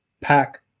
pack